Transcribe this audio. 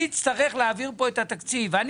אני אצטרך להעביר פה את התקציב ואני